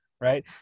right